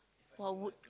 what would